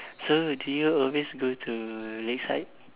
so do you always go to Lakeside